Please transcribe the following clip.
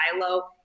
silo